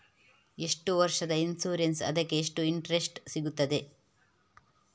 ಎಷ್ಟು ವರ್ಷದ ಇನ್ಸೂರೆನ್ಸ್ ಅದಕ್ಕೆ ಎಷ್ಟು ಇಂಟ್ರೆಸ್ಟ್ ಸಿಗುತ್ತದೆ?